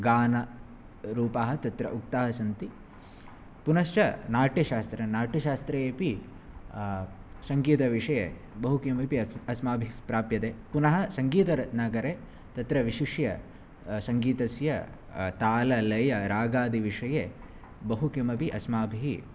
गानरूपाः तत्र उक्ताः सन्ति पुनश्च नाट्यशास्त्र नाट्यशास्त्रेऽपि सङ्गीतविषये बहुकिमपि अस्माभिः प्राप्यते पुनः सङ्गीतरत्नाकरे तत्र विशिष्य सङ्गीतस्य ताललयरागादि विषये बहुकिमपि अस्माभिः